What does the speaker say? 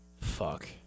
Fuck